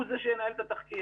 הוא זה שינהל את התחקיר.